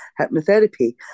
hypnotherapy